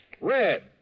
Red